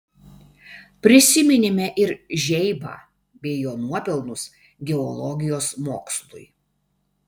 prisiminėme ir žeibą bei jo nuopelnus geologijos mokslui